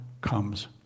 comes